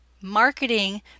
marketing